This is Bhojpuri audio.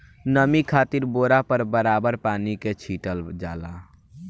नमी खातिर बोरा पर बराबर पानी के छीटल जाला